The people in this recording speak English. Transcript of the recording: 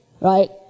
right